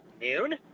noon